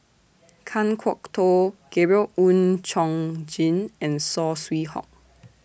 Kan Kwok Toh Gabriel Oon Chong Jin and Saw Swee Hock